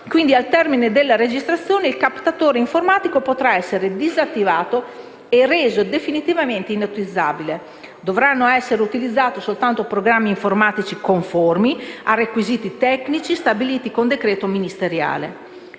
quindi, al termine della registrazione il captatore informatico dovrà essere disattivato e reso definitivamente inutilizzabile; dovranno essere utilizzati soltanto programmi informatici conformi a requisiti tecnici stabiliti con decreto ministeriale,